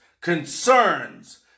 concerns